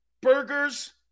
Burgers